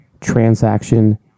transaction